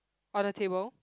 on the table